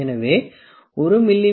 எனவே 1 மி